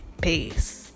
peace